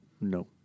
no